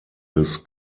des